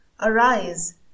arise